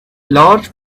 large